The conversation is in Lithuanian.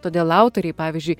todėl autoriai pavyzdžiui